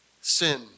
sin